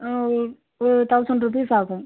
ஒரு thousand rupees ஆகும்